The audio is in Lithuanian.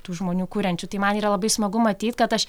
tų žmonių kuriančių tai man yra labai smagu matyt kad aš